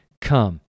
Come